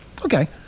Okay